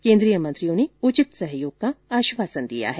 केन्द्रीय मंत्रियों ने उचित सहयोग का आश्वासन दिया है